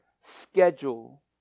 schedule